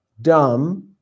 dumb